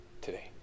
today